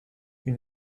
une